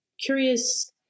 curious